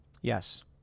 Yes